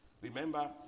Remember